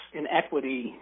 inequity